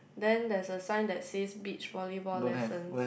then there is a sign that says beach volleyball lessons